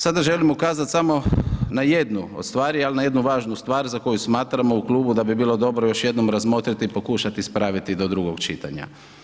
Sada želim ukazat samo na jednu od stvari, al na jednu važnu stvar za koju smatramo u klubu da bi bilo dobro još jednom razmotriti i pokušati ispraviti do drugog čitanja.